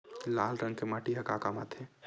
लाल रंग के माटी ह का काम आथे?